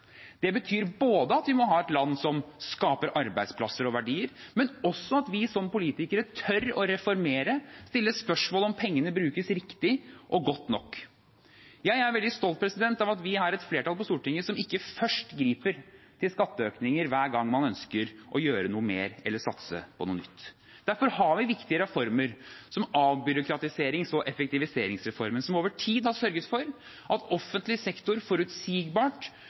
Det betyr at vi må ha et land som skaper arbeidsplasser og verdier, men også at vi som politikere må tore å reformere, stille spørsmål om pengene brukes riktig og godt nok. Jeg er veldig stolt over at vi har et flertall på Stortinget som ikke først griper til skatteøkninger hver gang man ønsker å gjøre noe mer eller satse på noe nytt. Derfor har vi viktige reformer som avbyråkratiserings- og effektiviseringsreformen, som over tid har sørget for at offentlig sektor forutsigbart